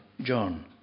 John